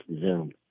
Zoom